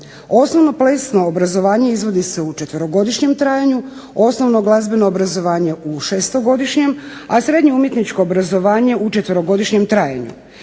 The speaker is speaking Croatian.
Osnovno plesno obrazovanje izvodi se u četverogodišnjem trajanju, osnovno glazbeno obrazovanje u šestogodišnjem, a srednje umjetničko obrazovanje u četverogodišnjem trajanju,